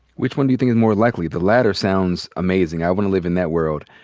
which one do you think is more likely? the latter sounds amazing. i want to live in that world.